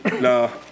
No